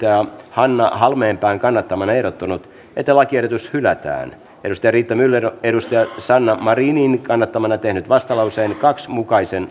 hanna halmeenpään kannattamana ehdottanut että lakiehdotus hylätään riitta myller on sanna marinin kannattamana tehnyt vastalauseen kahden mukaisen